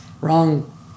wrong